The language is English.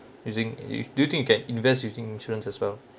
using if do you think you can invest using insurance as well